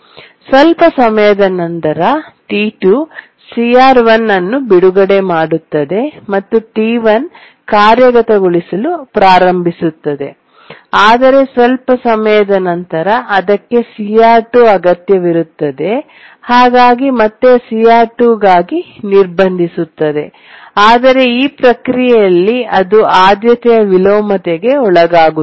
ಸ್ವಲ್ಪ ಸಮಯದ ನಂತರ T2 CR1 ಅನ್ನು ಬಿಡುಗಡೆ ಮಾಡುತ್ತದೆ ಮತ್ತು T1 ಕಾರ್ಯಗತಗೊಳಿಸಲು ಪ್ರಾರಂಭಿಸುತ್ತದೆ ಆದರೆ ಸ್ವಲ್ಪ ಸಮಯದ ನಂತರ ಅದಕ್ಕೆ CR2 ಅಗತ್ಯವಿರುತ್ತದೆ ಹಾಗಾಗಿ ಮತ್ತೆ CR2 ಗಾಗಿ ನಿರ್ಬಂಧಿಸುತ್ತದೆ ಆದರೆ ಈ ಪ್ರಕ್ರಿಯೆಯಲ್ಲಿ ಅದು ಆದ್ಯತೆಯ ವಿಲೋಮತೆಗೆ ಒಳಗಾಗುತ್ತದೆ